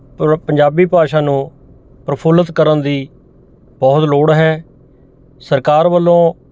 ਪੰ ਪੰਜਾਬੀ ਭਾਸ਼ਾ ਨੂੰ ਪ੍ਰਫੁੱਲਤ ਕਰਨ ਦੀ ਬਹੁਤ ਲੋੜ ਹੈ ਸਰਕਾਰ ਵੱਲੋਂ